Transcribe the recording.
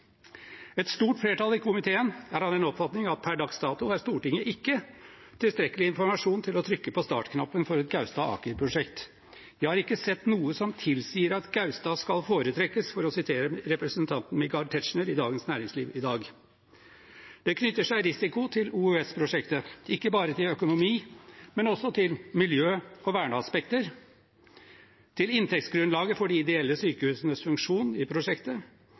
komiteen er av den oppfatning at per dags dato har Stortinget ikke tilstrekkelig informasjon til å trykke på startknappen for et Gaustad/Aker-prosjekt. For å sitere representanten Michael Tetzschner i Dagens Næringsliv i dag: «Foreløpig har jeg ikke sett noe som tilsier at Gaustad skal foretrekkes.» Det knytter seg risiko til OUS-prosjektet, ikke bare til økonomi, men også til miljø- og verneaspekter, til inntektsgrunnlaget for de ideelle sykehusenes funksjon i prosjektet,